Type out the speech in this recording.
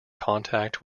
contact